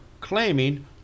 claiming